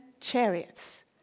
chariots